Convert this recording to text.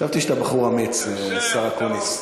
חשבתי שאתה בחור אמיץ, השר אקוניס.